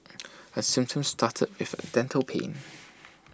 her symptoms started with A dental pain